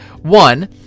One